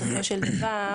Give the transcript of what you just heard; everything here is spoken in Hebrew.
בסופו של דבר,